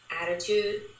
attitude